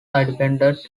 independent